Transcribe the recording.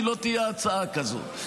כי לא תהיה הצעה כזאת,